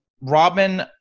Robin